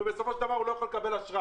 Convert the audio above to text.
ובסופו של דבר הוא לא יכול לקבל עכשיו.